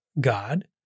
God